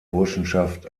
burschenschaft